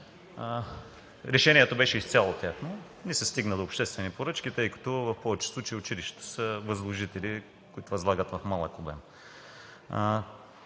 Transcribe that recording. Решението беше изцяло тяхно и не се стигна до обществени поръчки, тъй като в повечето случаи училищата са възложители, които възлагат в малък обем.